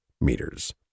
meters